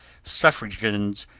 suffragans,